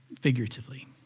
figuratively